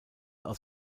aus